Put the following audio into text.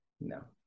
No